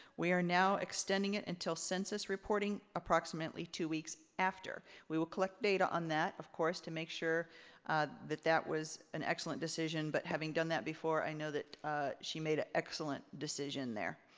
we are now extending it until census reporting, approximately two weeks after. we will collect data on that, of course, to make sure that that was an excellent decision but having done that before i know that she made a excellent decision there.